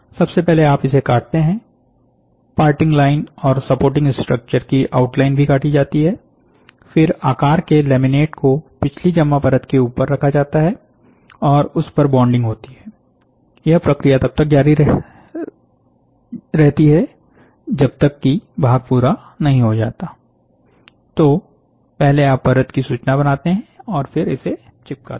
सबसे पहले आप इसे काटते हैं पार्टिंग लाइन और सपोर्टिंग स्ट्रक्चर की आउटलाइन भी काटी जाती है फिर आकार के लेमिनेट को पिछली जमा परत के ऊपर रखा जाता है और उस पर बॉन्डिंग होती हैं यह प्रक्रिया तब तक जारी रहती है जब तक कि भाग पूरा नहीं हो जातातो पहले आप परत की सूचना बनाते हैं फिर इसे चिपकाते हैं